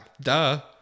Duh